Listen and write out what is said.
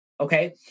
Okay